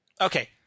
Okay